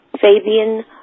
Fabian